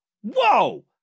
Whoa